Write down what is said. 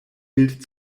wild